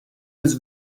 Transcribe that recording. was